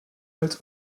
als